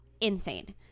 insane